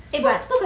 eh but